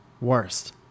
worst